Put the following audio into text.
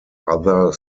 other